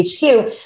HQ